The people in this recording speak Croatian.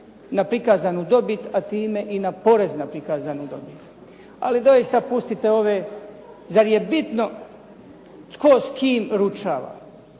na prikazanu dobit, a time i na porez na prikazanu dobit. Ali doista pustite ove, zar je bitno tko s kim ručava,